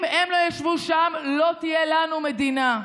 אם הם לא ישבו שם, לא תהיה לנו מדינה.